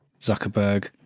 Zuckerberg